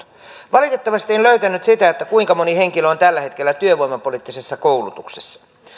valitettavasti en löytänyt sitä kuinka moni henkilö on tällä hetkellä työvoimapoliittisessa koulutuksessa